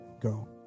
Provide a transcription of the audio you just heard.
go